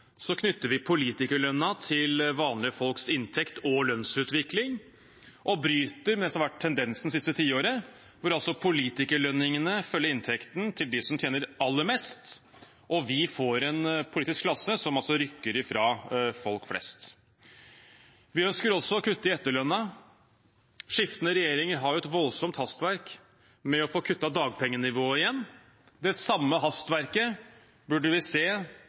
knytter vi politikerlønnen til vanlige folks inntekt og lønnsutvikling og bryter med det som har vært tendensen det siste tiåret, hvor politikerlønningene følger inntekten til dem som tjener aller mest, og vi får en politisk klasse som rykker ifra folk flest. Vi ønsker også å kutte i etterlønnen. Skiftende regjeringer har et voldsomt hastverk med å få kuttet dagpengenivået. Det samme hastverket burde vi se